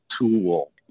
tool